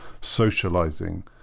socializing